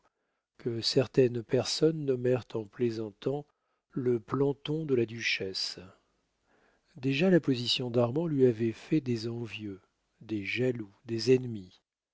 que certaines personnes nommèrent en plaisantant le planton de la duchesse déjà la position d'armand lui avait fait des envieux des jaloux des ennemis